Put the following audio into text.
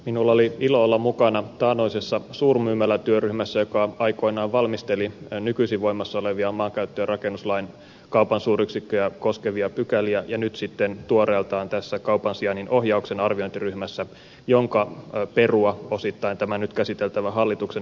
minulla oli ilo olla mukana taannoisessa suurmyymälätyöryhmässä joka aikoinaan valmisteli nykyisin voimassa olevia maankäyttö ja rakennuslain kaupan suuryksikköjä koskevia pykäliä ja nyt sitten tuoreeltaan tässä kaupan sijainnin ohjauksen arviointiryhmässä jonka perua osittain tämä nyt käsiteltävä hallituksen esitys on